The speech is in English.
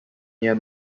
near